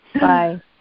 Bye